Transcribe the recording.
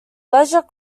leisure